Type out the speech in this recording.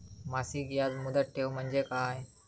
मासिक याज मुदत ठेव म्हणजे काय?